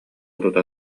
тута